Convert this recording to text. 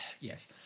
yes